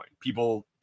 People